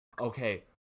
okay